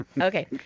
Okay